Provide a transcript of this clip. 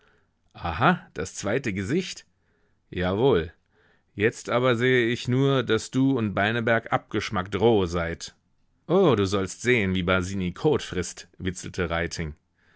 das zweite gesicht jawohl jetzt aber sehe ich nur daß du und beineberg abgeschmackt roh seid o du sollst sehen wie basini kot frißt witzelte